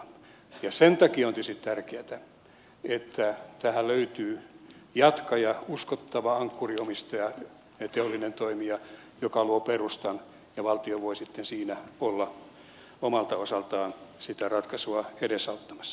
sen takia on tietysti tärkeätä että tähän löytyy jatkaja uskottava ankkuriomistaja ja teollinen toimija joka luo perustan ja valtio voi sitten siinä olla omalta osaltaan sitä ratkaisua edesauttamassa